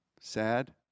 Sad